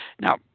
Now